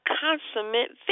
consummate